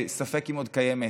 שספק אם עוד קיימת,